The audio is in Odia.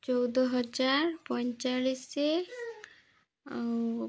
ଚଉଦ ହଜାର ପଇଁଚାଳିଶି ଆଉ